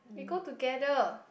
we go together